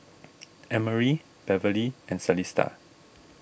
Emory Beverlee and Celesta